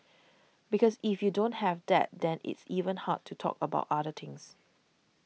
because if you don't have that then it's even hard to talk about other things